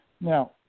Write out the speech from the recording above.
Now